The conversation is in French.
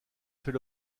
fait